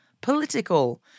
political